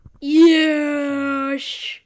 Yes